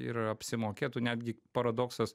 ir apsimokėtų netgi paradoksas